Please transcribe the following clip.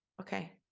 Okay